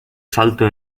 salto